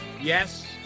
yes